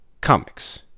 comics